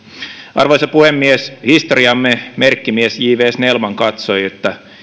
arvoisa puhemies historiamme merkkimies j viiden snellman katsoi että